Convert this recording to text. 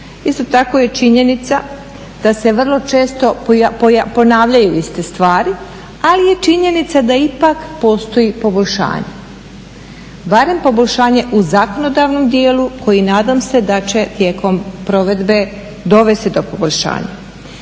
Isto tako je činjenica da se vrlo često ponavljaju iste stvari, ali je činjenica da ipak postoji poboljšanje, barem poboljšanje u zakonodavnom dijelu koji nadam se da će tijekom provedbe dovesti do poboljšanja.